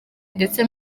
ndetse